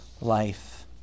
life